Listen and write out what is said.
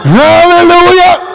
hallelujah